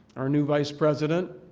our new vice president,